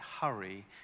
hurry